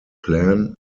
plan